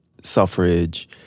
suffrage